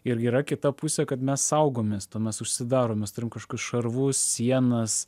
ir yra kita pusė kad mes saugomės tuo mes užsidarom mes turim kažkokius šarvus sienas